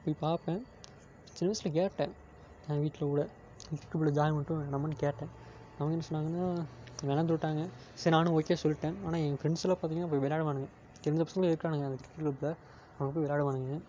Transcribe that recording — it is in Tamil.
போய் பார்ப்பேன் சின்ன வயசில் கேட்டேன் எங்கள் வீட்டில் கூட கிரிக்கெட்டு க்ளப்பில் ஜாயின் பண்ணட்டுமா வேணாமான்னு கேட்டேன் அவங்க என்ன சொன்னாங்கனால் வேணாம்னு சொல்லிவிட்டாங்க சரி நானும் ஓகே சொல்லிடேன் ஆனால் என் ஃப்ரண்ட்ஸெலாம் பார்த்தீங்கனா போய் விள்ளாடுவாங்க தெரிஞ்ச பசங்கள் இருக்கிறாங்க அந்த கிரிக்கெட் க்ளப்பில் அவனுங்க போய் விள்ளாடுவானுங்க